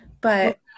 but-